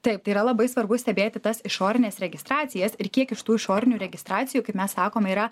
taip tai yra labai svarbu stebėti tas išorines registracijas ir kiek iš tų išorinių registracijų kaip mes sakome yra